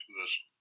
position